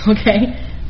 okay